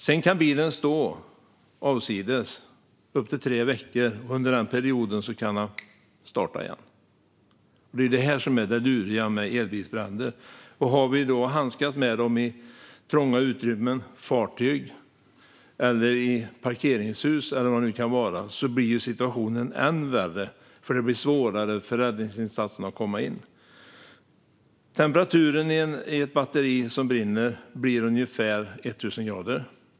Sedan kan bilen stå avsides upp till tre veckor, och under den perioden kan branden starta igen. Det är detta som är det luriga med elbilsbränder. Om man då ska handskas med dem i trånga utrymmen, till exempel i fartyg, i parkeringshus och så vidare, blir situationen än värre eftersom det blir svårare för räddningsinsatsen att komma in. Temperaturen i ett batteri som brinner blir ungefär 1 000 grader.